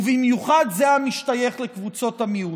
ובמיוחד זה המשתייך לקבוצות המיעוט.